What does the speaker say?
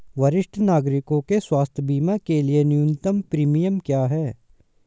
वरिष्ठ नागरिकों के स्वास्थ्य बीमा के लिए न्यूनतम प्रीमियम क्या है?